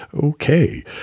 Okay